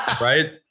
Right